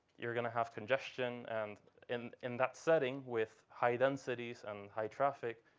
you're going to have congestion. and in in that setting with high densities and high traffic,